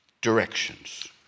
directions